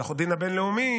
על הדין הבין-לאומי,